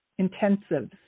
intensives